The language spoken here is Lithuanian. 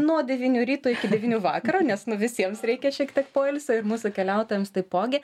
nuo devynių ryto iki devynių vakaro nes nu visiems reikia šiek tiek poilsio ir mūsų keliautojams taipogi